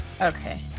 Okay